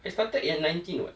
I started at nineteen [what]